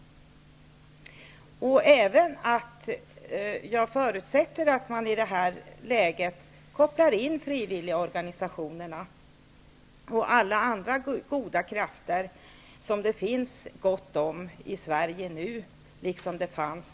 Jag förutsätter att man i detta läge även kopplar in frivilligorganisationer och alla andra goda krafter som det finns gott om i Sverige nu liksom det fanns